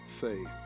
faith